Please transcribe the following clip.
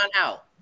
out